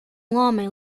homem